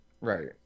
right